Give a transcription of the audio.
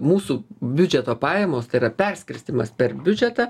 mūsų biudžeto pajamos tai yra perskirstymas per biudžetą